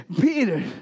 Peter